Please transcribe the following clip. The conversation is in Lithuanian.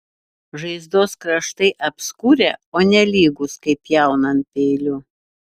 žaizdos kraštai apskurę o ne lygūs kaip pjaunant peiliu